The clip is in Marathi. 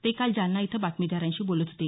ते काल जालना इथं बातमीदारांशी बोलत होते